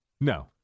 No